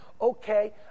Okay